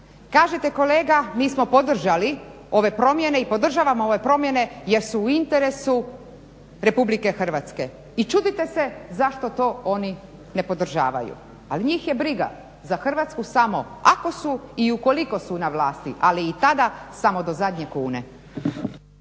Kažete kolega mi smo podržali ove promjene i podržavamo ove promjene jer su u interesu RH. I čudite se zašto to oni ne podržavaju. Ali njih je briga za Hrvatsku samo ako su i ukoliko su na vlasti, ali i tada samo do zadnje kune.